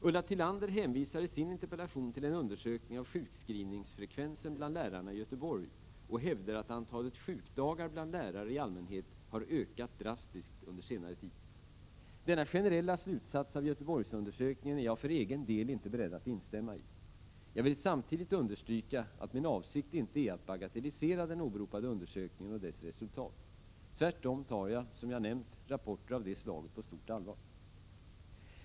Ulla Tillander hänvisar i sin interpellation till en undersökning av sjukskrivningsfrekvensen bland lärarna i Göteborg och hävdar att antalet sjukdagar bland lärare i allmänhet har ökat drastiskt under senare tid. Denna generella slutsats av Göteborgsundersökningen är jag för egen del inte beredd att instämma i. Jag vill samtidigt understryka att min avsikt inte är att bagatellisera den åberopade undersökningen och dess resultat. Tvärtom tar jag, som jag nämnt, rapporter av detta slag på stort allvar.